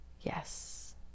yes